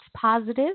positive